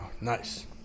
Nice